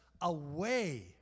away